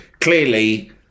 clearly